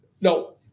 No